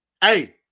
Hey